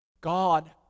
God